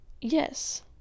Yes